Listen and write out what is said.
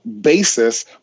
basis